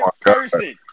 person